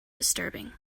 disturbing